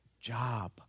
job